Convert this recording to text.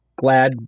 glad